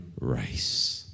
race